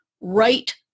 right